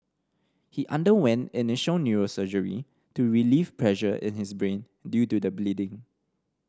he underwent initial neurosurgery to relieve pressure in his brain due to the bleeding